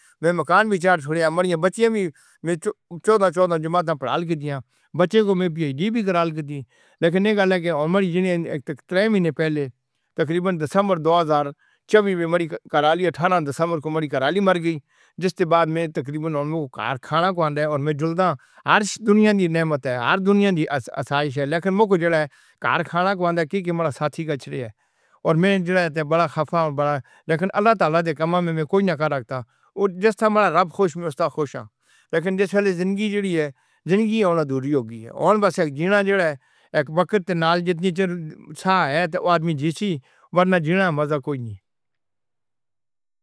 میں مکان وی چال چوڑیا، مڑیاں بچیاں وی میں چودہ چودہ جماعتاں پڑھال کیتیاں۔ بچے کے میں جیڑی پی ایچ ڈی کھاللال کیتی۔ ترے مہینے پہلے تقریبا دسمبر دو ہزار چوبی میں دو ہزار دسمبر وچ اٹھارہ دسمبر کو ماڑی کھر آلی مر گئی۔ جس دی بعد میں گھر کھانا کھانے اوندا اے میں جلداں، ہر دنیا دی نعمت اے ہر دنیا دی آسائش ہے میں کو جو کیڑا گھر کھانا کھانے اوندا اے میں جلداں کیاں کی ماڑا ساتھی گچھ رے آ ہے۔ اور میں جیڑا خفا آ تے بڑا، لیکن اللہ تعالیٰ دے کم آ دے وچ میں کچھ کی آ سکتا، جس طرح ماڑا رب خوش اے میں اس طرح خوش آں۔ لیکن جس ویلے زندگی جیڑی اے، زندگی ہن ادھوری ہو گئی اے۔ ہن بس ہیک جینا جیڑا اے۔ ہیک وقت نال جس وقت تک سا ئے، بندہ جی سی۔ ورنہ جینے نہ مزہ کوئی نی اے۔